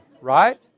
right